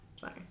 Sorry